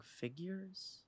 figures